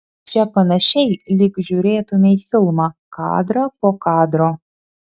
čia panašiai lyg žiūrėtumei filmą kadrą po kadro